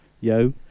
yo